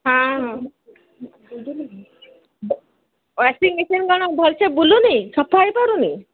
ହଁ ହଁ washing machine କ'ଣ ଭଲ ସେ ବୁଲୁନି ସଫା ହେଇପାରୁନି